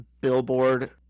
billboard